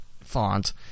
font